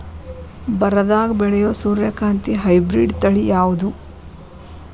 ಬರದಾಗ ಬೆಳೆಯೋ ಸೂರ್ಯಕಾಂತಿ ಹೈಬ್ರಿಡ್ ತಳಿ ಯಾವುದು?